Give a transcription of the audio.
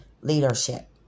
leadership